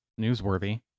newsworthy